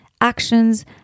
actions